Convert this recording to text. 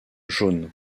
jaunes